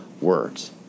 words